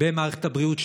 במערכת הבריאות שלנו.